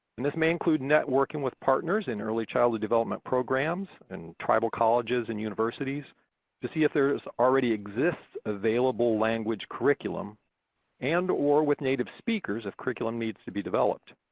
and this may include networking with partners in early childhood development programs and tribal colleges and universities to see if there already exists available language curriculum and or with native speakers if curriculum needs to be developed.